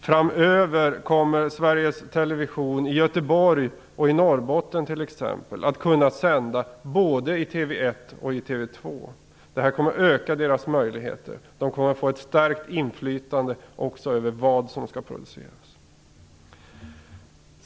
Framöver kommer Sveriges Television i Göteborg och i Norrbotten t.ex. att kunna sända både i Kanal 1 och i TV2. Det här kommer att öka TV-distriktens möjligheter. De kommer att få ett starkt inflytande också över vad som skall produceras.